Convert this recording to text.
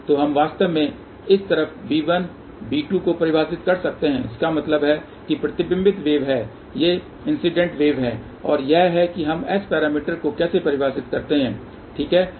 तो हम वास्तव में इस तरफ b1 b2 को परिभाषित कर सकते हैं इसका मतलब है कि प्रतिबिंबित वेव हैं ये इंसिडेंट वेव हैं और यह है कि हम S पैरामीटरparameters को कैसे परिभाषित करते हैं ठीक है